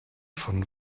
von